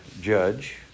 judge